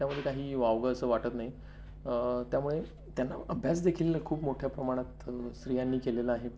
त्यामध्ये काही वावगं असं वाटत नाही त्यामुळे त्यांना अभ्यास देखील खूप मोठ्या प्रमाणात स्त्रियांनी केलेला आहे